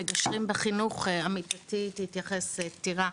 למגשרים תתייחס, חברתי, טירה.